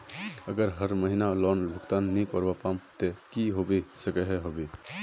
अगर हर महीना लोन भुगतान नी करवा पाम ते की होबे सकोहो होबे?